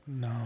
No